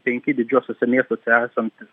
penki didžiuosiuose miestuose esantys